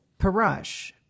Parash